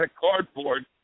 cardboard